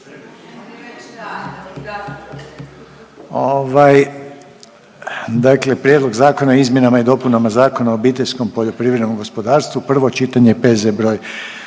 Prijedlog zakona o izmjenama i dopunama Zakona o obiteljskom poljoprivrednom gospodarstvu, prvo čitanje, P.Z. br.